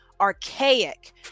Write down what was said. archaic